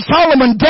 Solomon